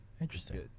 Interesting